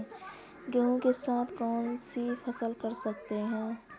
गेहूँ के साथ कौनसी फसल कर सकते हैं?